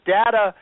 data